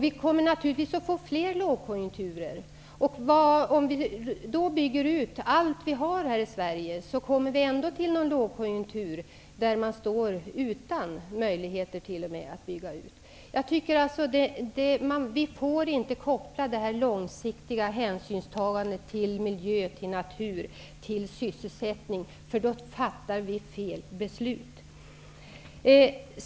Vi kommer naturligtvis att få fler lågkonjunkturer. Även om vi nu bygger ut allt vi har här i Sverige kommer vi ändå till en lågkonjunktur då vi står utan möjlighet att bygga ut. Vi får inte koppla långsiktigt hänsynstagande till miljö och natur till sysselsättningen, för då fattar vi fel beslut.